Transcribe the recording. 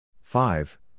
Five